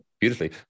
beautifully